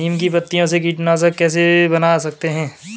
नीम की पत्तियों से कीटनाशक कैसे बना सकते हैं?